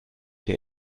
der